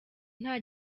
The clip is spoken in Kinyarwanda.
nta